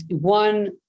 one